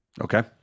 Okay